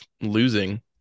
losing